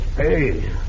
Hey